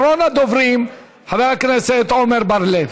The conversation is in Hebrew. אחרון הדוברים, חבר הכנסת עמר בר-לב.